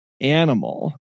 animal